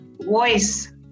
voice